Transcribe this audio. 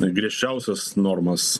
griežčiausias normas